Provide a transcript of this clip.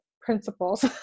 principles